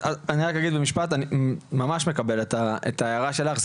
אני רק אגיד במשפט שאני ממש מקבל את ההערה שלך,